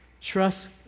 Trust